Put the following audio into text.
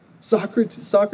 Socrates